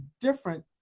different